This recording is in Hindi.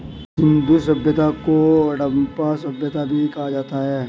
सिंधु सभ्यता को हड़प्पा सभ्यता भी कहा जाता है